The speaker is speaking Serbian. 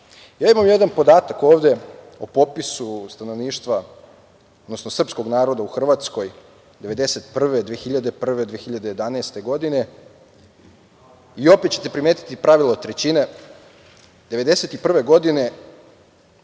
imam jedan podatak ovde o popisu stanovništva, odnosno srpskog naroda u Hrvatskoj 1991. godine, 2001. godine, 2011. godine i opet ćete primetiti pravilo većine, 1991. godine